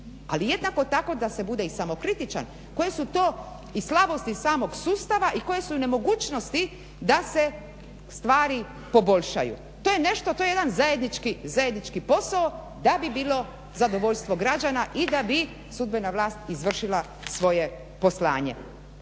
Ali jednako tako da se bude i samokritičan, koje su to i slabosti samog sustava i koje su nemogućnosti da se stvari poboljšaju. To je nešto, to je jedan zajednički posao da bi bilo zadovoljstvo građana i da bi sudbena vlast izvršila svoje poslanje.